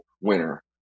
winner